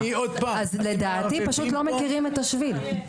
אז לדעתי, פשוט לא מכירים את השביל.